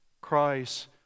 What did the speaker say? Christ